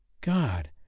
God